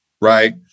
right